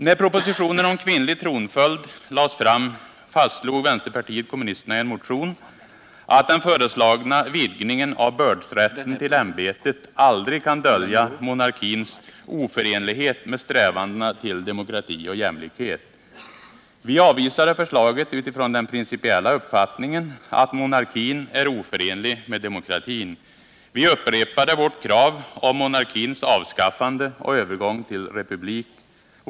När propositionen om kvinnlig tronföljd lades fram fastslog vänsterpartiet kommunisterna i en motion att den föreslagna vidgningen av bördsrätten till ämbetet aldrig kan dölja monarkins oförenlighet med strävandena till demokrati och jämlikhet. Vi avvisade förslaget utifrån den principiella uppfattningen att monarkin är oförenlig med demokratin. Vi upprepade vårt krav på monarkins avskaffande och övergång till republik.